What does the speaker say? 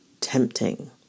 tempting